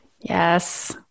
yes